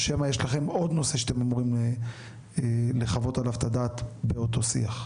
או שמא יש לכם עוד נושא שאתם אמורים לחוות עליו את הדעת באותו שיח?